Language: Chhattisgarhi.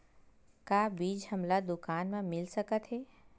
का बीज हमला दुकान म मिल सकत हे?